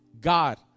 God